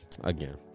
again